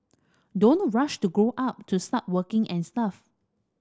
don't rush to grow up to start working and stuff